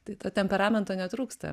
tai to temperamento netrūksta